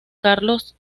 carlos